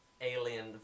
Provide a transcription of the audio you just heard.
Alien